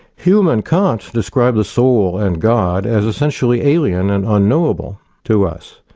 hume and kant described the soul and god as essentially alien and unknowable to us.